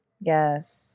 Yes